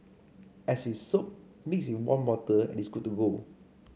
as with soap mix with warm water and it's good to go